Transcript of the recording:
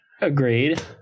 Agreed